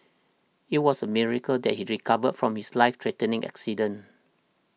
it was a miracle that he recovered from his life threatening accident